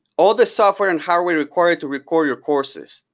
all the software and hardware required to record your courses,